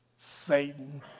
Satan